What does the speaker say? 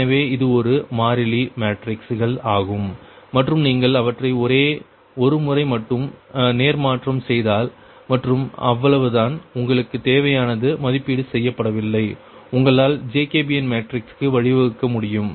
எனவே இது ஒரு மாறிலி மேட்ரிக்ஸ்கள் ஆகும் மற்றும் நீங்கள் அவற்றை ஒரே ஒரு முறை மட்டும் நேர்மாற்றம் செய்தால் மற்றும் அவ்வளவு தான் உங்களுக்கு தேவையானது மதிப்பீடு செய்யப்படவில்லை உங்களால் ஜேகோபியன் மேட்ரிக்ஸ்க்கு வழிவகுக்க முடியும்